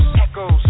Echoes